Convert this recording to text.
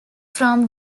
from